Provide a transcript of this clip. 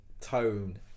tone